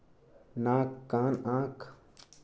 नाक कान आँख